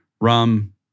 Rum